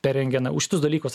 per rengeną už šitus dalykus